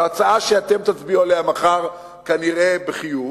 בהצעה שאתם תצביעו עליה מחר, כנראה בחיוב?